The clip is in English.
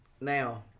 Now